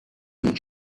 los